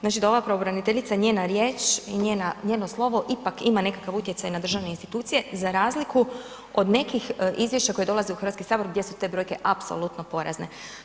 Znači da ova pravobraniteljica, njena riječ i njeno slovo ipak ima nekakav utjecaj na državne institucije za razliku od nekih izvješća koja dolaze u HS gdje su te brojke apsolutno porazne.